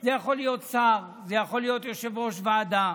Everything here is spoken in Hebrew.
זה יכול להיות שר, זה יכול להיות יושב-ראש ועדה,